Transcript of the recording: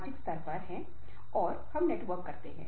आपको उस घटना हंगोवर हो जाता है